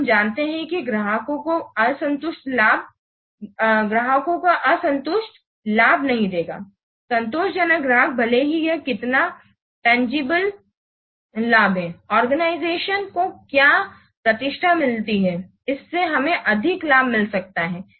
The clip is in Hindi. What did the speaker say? और हम जानते हैं कि ग्राहकों का असंतोष लाभ नहीं देगा संतोषजनक ग्राहक भले ही यह कितना तांगीबले लाभ है आर्गेनाईजेशन को क्या प्रतिष्ठा मिलती है इससे हमें अधिक लाभ मिल सकता है